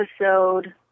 episode